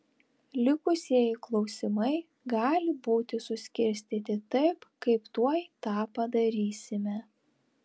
likusieji klausimai gali būti suskirstyti taip kaip tuoj tą padarysime